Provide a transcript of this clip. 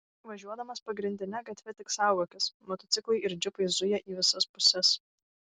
važiuodamas pagrindine gatve tik saugokis motociklai ir džipai zuja į visas puses